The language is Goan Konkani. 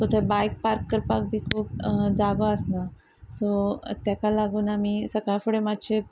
सो थंय बायक पार्क करपाक बी खूब जागो आसना सो ताका लागून आमी सकाळ फुडें मातशे